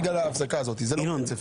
בגלל ההפסקה הזאת, כי זה לא רצף.